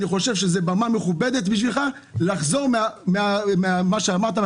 אני חושב שזו במה מכובדת בשבילך לחזור בך ממה שאמרת,